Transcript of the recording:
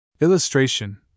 Illustration